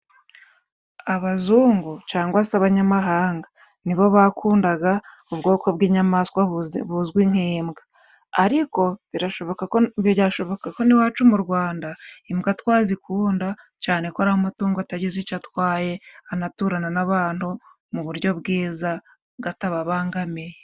Abazungu cyangwa se abanyamahanga ni bo bakunda ubwoko bw'inyamaswa buzwi nk'imbwa, ariko birashoboka byashobokako n'iwacu mu Rwanda imbwa twazikunda cyaneko ari amatungo atagize icyo atwaye, anaturana n'abantu mu buryo bwiza atababangamiye.